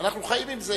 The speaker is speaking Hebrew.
ואנחנו חיים עם זה.